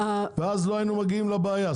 ואז לא היינו מגיעים לבעיה.